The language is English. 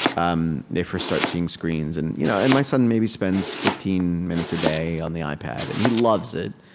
um they first start seeing screens. and you know and my son maybe spends fifteen minutes a day on the ipad, and he loves it,